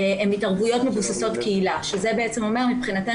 הן התערבויות מבוססות קהילה שזה בעצם אומר מבחינתנו